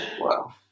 Wow